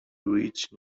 rich